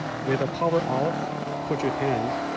with the power off put your hand